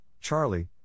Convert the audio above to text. Charlie